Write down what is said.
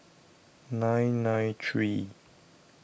nine nine three